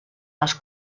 les